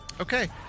Okay